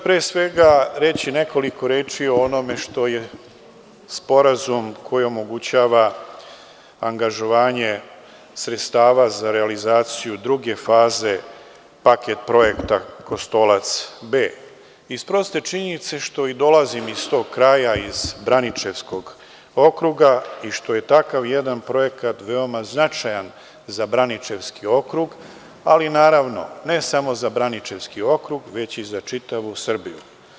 Pre svega reći ću nekoliko reči o onome što je sporazum koji omogućava angažovanje sredstava za realizaciju druge faze paket projekta Kostolac B, iz proste činjenice što i dolazim iz tog kraja, iz Braničevskog okruga i što je takav jedan projekat veoma značajan za Braničevski okrug, ali naravno, ne samo za Braničevski okrug, već i za čitavu Srbiju.